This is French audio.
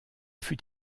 fut